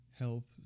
help